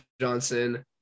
Johnson